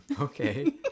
Okay